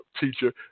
teacher